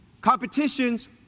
competitions